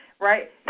right